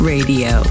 Radio